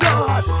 God